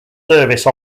service